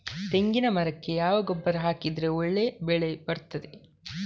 ತೆಂಗಿನ ಮರಕ್ಕೆ ಯಾವ ಗೊಬ್ಬರ ಹಾಕಿದ್ರೆ ಒಳ್ಳೆ ಬೆಳೆ ಬರ್ತದೆ?